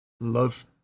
love